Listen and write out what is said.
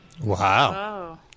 Wow